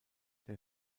der